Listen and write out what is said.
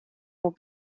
will